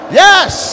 yes